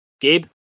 Gabe